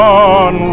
on